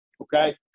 okay